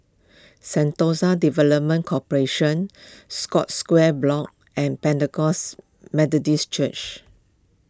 Sentosa Development Corporation Scotts Square Block and Pentecost Methodist Church